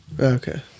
Okay